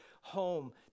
home